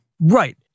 Right